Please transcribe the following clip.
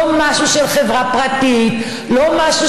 לא משהו של חברה פרטית, לא משהו